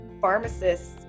pharmacists